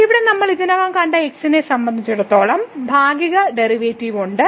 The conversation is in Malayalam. ഇവിടെ നമ്മൾ ഇതിനകം കണ്ട x നെ സംബന്ധിച്ചിടത്തോളം ഭാഗിക ഡെറിവേറ്റീവ് ഉണ്ട്